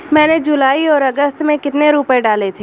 मैंने जुलाई और अगस्त में कितने रुपये डाले थे?